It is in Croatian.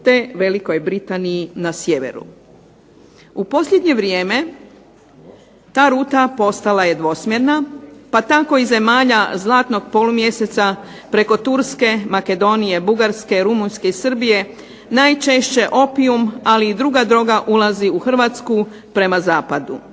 te Velikoj Britaniji na sjeveru. U posljednje vrijeme ta ruta postala je dvosmjerna pa tako iz zemalja zlatnog polumjeseca preko Turske, Makedonije, Bugarske, Rumunjske i Srbije najčešće opijum, ali i druga droga ulazi u Hrvatsku prema zapadu.